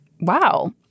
wow